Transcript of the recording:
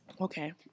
Okay